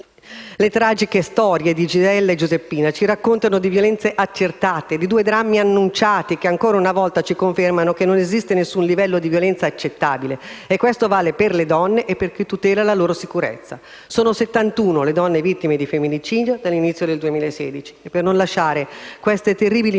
Le tragiche storie di Gisella e Giuseppina ci raccontano di violenze accertate, di due drammi annunciati che, ancora una volta, ci confermano che non esiste nessun livello di violenza accettabile. Questo vale per le donne e per chi tutela la loro sicurezza. Sono 71 le donne vittime di femminicidio dall'inizio del 2016. Per non lasciare queste terribili morti